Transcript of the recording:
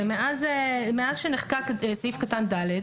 זה מאז שנחקק סעיף קטן (ד),